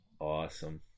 Awesome